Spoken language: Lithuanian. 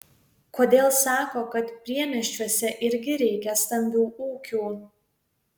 kodėl sako kad priemiesčiuose irgi reikia stambių ūkių